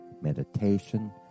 meditation